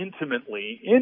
intimately